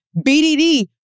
BDD